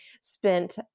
spent